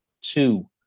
two